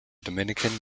dominican